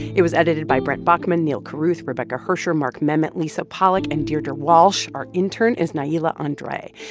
it was edited by bret bachman, neal carruth, rebecca hersher, mark memmott, lisa pollak and deirdre walsh. our intern is niella andre.